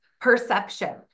perception